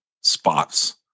spots